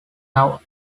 now